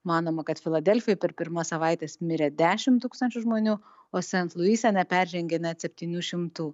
manoma kad filadelfijoj per pirmas savaites mirė dešimt tūkstančių žmonių o sent luise neperžengė net septynių šimtų